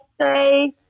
say